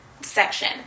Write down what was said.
section